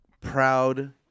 Proud